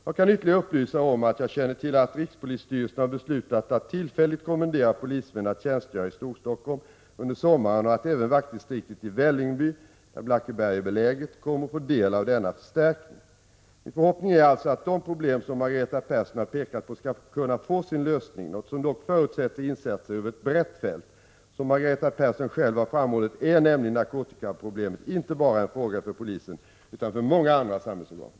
Jag kan ytterligare upplysa om att jag känner till att rikspolisstyrelsen har beslutat att tillfälligt kommendera polismän att tjänstgöra i Storstockholm under sommaren och att även vaktdistriktet i Vällingby — inom vars område Blackeberg är beläget — kommer att få del av denna förstärkning. Min förhoppning är alltså att de problem som Margareta Persson har pekat på skall kunna få sin lösning, något som dock förutsätter insatser över ett brett fält. Som Margareta Persson själv har framhållit är nämligen narkotikaproblemen inte bara en fråga för polisen utan för många andra samhällsorgan.